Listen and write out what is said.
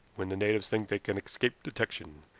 when the natives think they can escape detection.